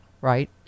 right